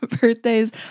Birthdays